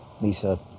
Lisa